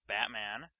Batman